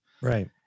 right